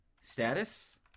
status